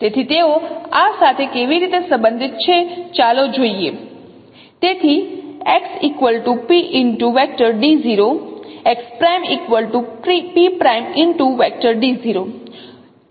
તેથી તેઓ આ સાથે કેવી રીતે સંબંધિત છે ચાલો જોઈએ